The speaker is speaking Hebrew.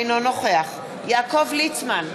אינו נוכח יעקב ליצמן,